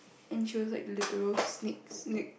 and she was like literal snakes snake